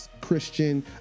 christian